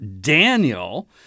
Daniel